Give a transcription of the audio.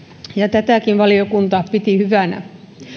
tätäkin valiokunta piti hyvänä